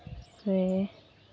ᱥᱮ